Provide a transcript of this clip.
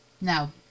No